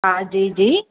हा जी जी